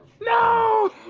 No